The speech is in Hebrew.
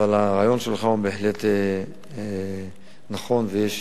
הרעיון שלך הוא בהחלט נכון, ויש